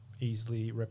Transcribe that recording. easily